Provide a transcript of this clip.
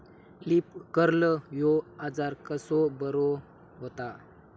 Leaf curl ह्यो आजार कसो बरो व्हता?